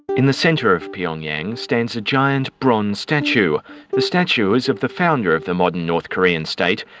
in the centre of pyongyang stands a giant bronze statue. the statue is of the founder of the modern north korean state,